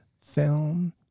film